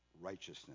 righteousness